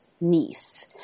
niece